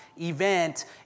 event